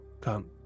Come